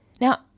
Now